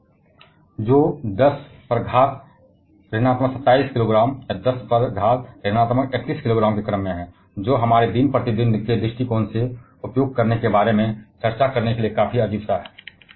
minus 27 किग्रा की शक्ति के 10 या माइनस 31 किग्रा की शक्ति के 10 के क्रम से जो हमारे दिन प्रतिदिन के दृष्टिकोण से उपयोग करने के बारे में चर्चा करने के लिए काफी अजीब हैं